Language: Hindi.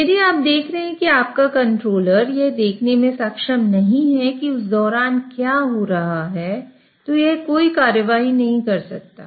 यदि आप देख रहे हैं कि आपका कंट्रोलर यह देखने में सक्षम नहीं है कि उस दौरान क्या हो रहा है तो यह कोई कार्रवाई नहीं कर सकता है